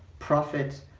profits,